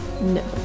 No